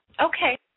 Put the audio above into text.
Okay